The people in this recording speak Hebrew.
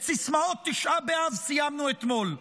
את סיסמאות תשעה באב סיימנו אתמול.